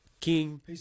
King